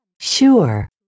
Sure